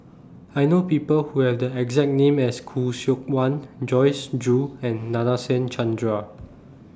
I know People Who Have The exact name as Khoo Seok Wan Joyce Jue and Nadasen Chandra